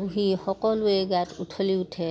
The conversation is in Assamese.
বুঢ়ী সকলোৱে গাত উঠলি উঠে